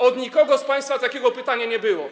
Od nikogo z państwa takiego pytania nie było.